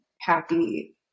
happy